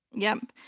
yep.